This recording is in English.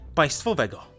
państwowego